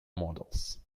models